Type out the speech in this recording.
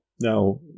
now